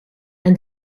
and